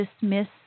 dismiss